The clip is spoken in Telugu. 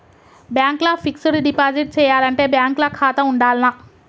బ్యాంక్ ల ఫిక్స్ డ్ డిపాజిట్ చేయాలంటే బ్యాంక్ ల ఖాతా ఉండాల్నా?